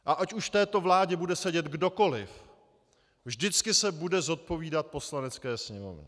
A ať už v této vládě bude sedět kdokoliv, vždycky se bude zodpovídat Poslanecké sněmovně.